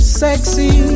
sexy